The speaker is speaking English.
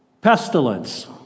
Pestilence